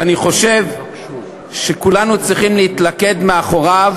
אני חושב שכולנו צריכים להתלכד מאחוריו,